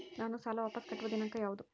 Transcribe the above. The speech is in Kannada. ನಾನು ಸಾಲ ವಾಪಸ್ ಕಟ್ಟುವ ದಿನಾಂಕ ಯಾವುದು?